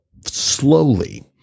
slowly